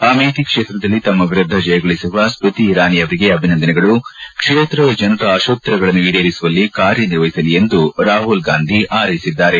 ಅಮೇಥಿ ಕ್ಷೇತ್ರದಲ್ಲಿ ತಮ್ನ ವಿರುದ್ದ ಜಯಗಳಿಸಿರುವ ಸ್ಪತಿ ಇರಾನಿ ಅವರಿಗೆ ಅಭಿನಂದನೆಗಳು ಕ್ಷೇತ್ರದ ಜನರ ಆಶೋತ್ತರಗಳನ್ನು ಈಡೇರಿಸುವಲ್ಲಿ ಕಾರ್ಯ ನಿರ್ವಹಿಸಲಿ ಎಂದು ರಾಹುಲ್ ಗಾಂಧಿ ಹಾರೈಸಿದರು